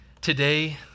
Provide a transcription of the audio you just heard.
Today